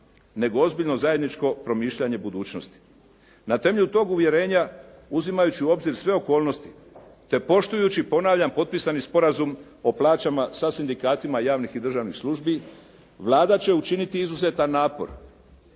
nego ozbiljno zajedničko promišljanje budućnosti. Na temelju tog uvjerenja uzimajući u obzir sve okolnosti te poštujući ponavljam potpisani sporazum o plaćama sa sindikatima javnih i državnih službi Vlada će učiniti izuzetan napor